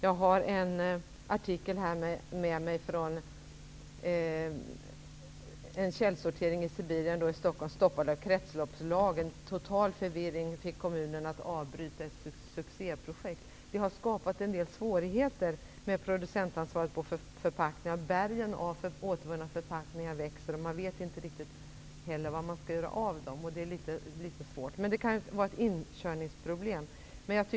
Jag har här en artikel om en källsortering i Sibirien i Stockholm, där det står att total förvirring fick kommunen att avbryta ett succéprojekt. Producentansvaret för förpackningar har skapat vissa svårigheter. Bergen av återvunna förpackningar växer, och man vet inte riktigt vad man skall göra av dem. Men det kanske är ett inkörningsproblem.